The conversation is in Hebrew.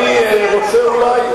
אני רוצה אולי,